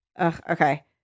Okay